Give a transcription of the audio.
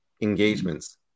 engagements